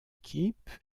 équipe